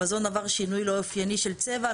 המזון עבר שינוי לא אופייני של צבע,